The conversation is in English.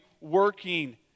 working